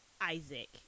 Isaac